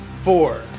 Four